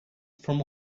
from